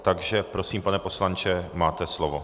Takže prosím, pane poslanče, máte slovo.